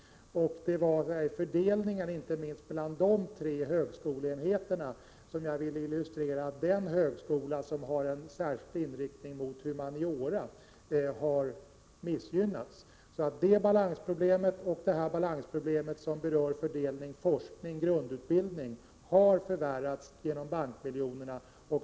Det var med fördelningen bland de tre högskoleenheterna som jag ville illustrera att den högskola som har en särskild inriktning mot humaniora har missgynnats. Detta balansproblem, och det balansproblem som berör fördelningen till forskning och grundutbildning, har förvärrats genom bankmiljonerna.